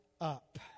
up